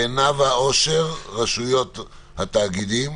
נאוה אושר, מרשות התאגידים.